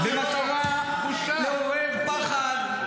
-- במטרה לעורר פחד,